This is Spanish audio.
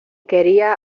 quería